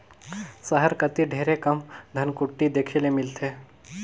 सहर कती ढेरे कम धनकुट्टी देखे ले मिलथे